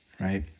right